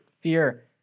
fear